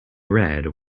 red